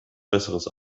besseres